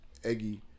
Eggie